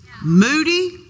moody